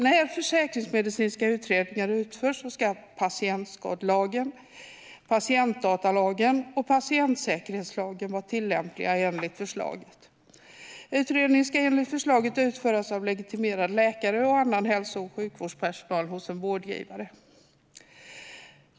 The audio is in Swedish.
När försäkringsmedicinska utredningar utförs ska patientskadelagen, patientdatalagen och patientsäkerhetslagen vara tillämpliga enligt förslaget. Utredningarna ska enligt förslaget utföras av legitimerad läkare och annan hälso och sjukvårdspersonal hos en vårdgivare.